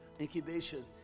Incubation